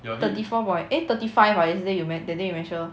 thirty four point eh thirty five ah yesterday you that day we measure